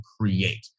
create